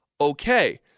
Okay